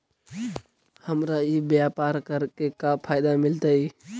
हमरा ई व्यापार करके का फायदा मिलतइ?